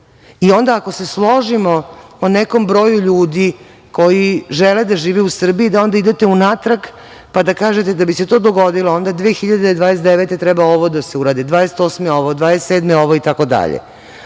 Onda, ako se složimo o nekom broju ljudi koji žele da žive u Srbiji da onda idete unatrag, pa da kažete da bi se to dogodilo onda 2029. godine treba ovo da se uradi, 2028. godine ovo, 2027.